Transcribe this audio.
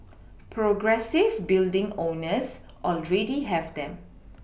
progressive building owners already have them